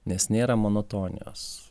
nes nėra monotonijos